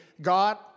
God